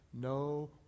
no